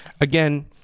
Again